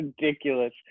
ridiculous